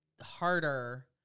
harder